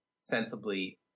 sensibly